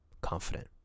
Confident